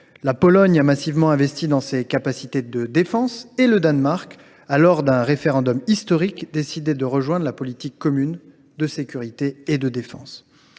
la Pologne a massivement investi dans ses capacités de défense et le Danemark, à l’issue d’un référendum historique, décidait de rejoindre la politique commune de sécurité et de défense.